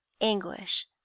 anguish